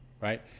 right